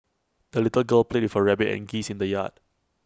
the little girl played with her rabbit and geese in the yard